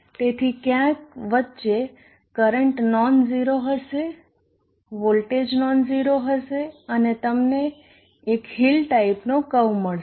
તેથી ક્યાંક વચ્ચે કરંટ નોનઝેરો હશે વોલ્ટેજ નોનઝેરો હશે અને તમને એક હિલ ટાઇપનો કર્વ મળશે